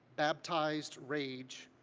baptized rage,